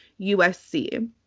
usc